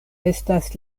estas